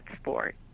sport